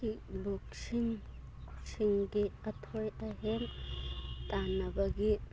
ꯀꯤꯛ ꯕꯣꯛꯁꯤꯡꯁꯤꯡꯒꯤ ꯑꯊꯣꯏ ꯑꯍꯦꯟ ꯇꯥꯟꯅꯕꯒꯤ